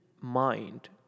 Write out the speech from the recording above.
mind